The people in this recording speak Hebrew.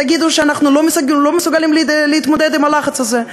תגידו: אנחנו לא מסוגלים להתמודד עם הלחץ הזה.